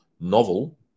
novel